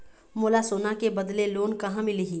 मोला सोना के बदले लोन कहां मिलही?